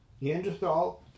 Neanderthal